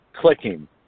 clicking